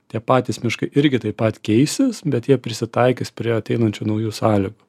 tie patys miškai irgi taip pat keisis bet jie prisitaikys prie ateinančių naujų sąlygų